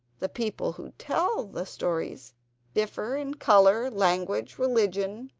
the peoples who tell the stories differ in colour language, religion,